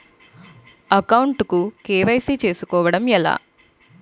Account కు KYC చేసుకోవడం ఎలా?